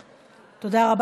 היושב-ראש,